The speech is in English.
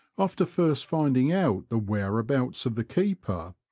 after first finding out the where abouts of the keeper,